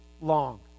long